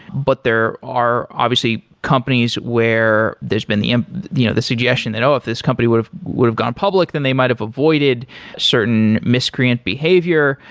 but there are obviously companies where there's been the ah you know the suggestion that, oh! if this company would've would've gone public, then they might've avoided certain miscreant behavior.